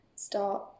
start